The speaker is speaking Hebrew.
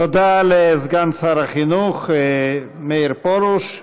תודה לסגן שר החינוך מאיר פרוש.